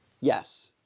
Yes